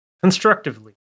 Constructively